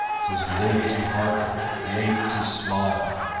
tis late to hearken, late to smile,